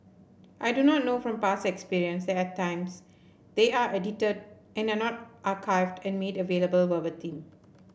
I do not know from past experience that at times they are edited and are not archived and made available verbatim